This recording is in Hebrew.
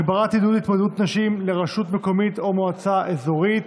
הגברת עידוד התמודדות נשים לראשות רשות מקומית או מועצה אזורית),